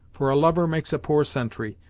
for a lover makes a poor sentry,